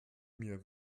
mir